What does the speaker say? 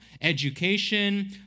education